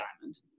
Diamond